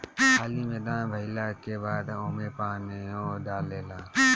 खाली मैदान भइला के बाद ओमे पानीओ डलाला